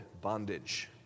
bondage